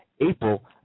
April